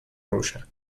روشن